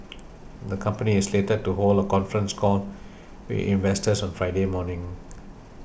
the company is slated to hold a conference call with investors on Friday morning